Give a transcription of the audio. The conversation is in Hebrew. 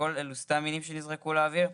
הכל אלו סתם מילים שנזרקו לאוויר?